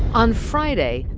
on friday,